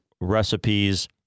recipes